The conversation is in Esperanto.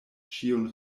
ĉiun